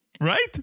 right